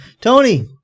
Tony